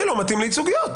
זה לא מתאים לייצוגיות.